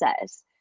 says